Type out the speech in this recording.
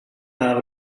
out